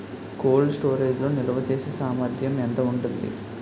Cold storage లో నిల్వచేసేసామర్థ్యం ఎంత ఉంటుంది?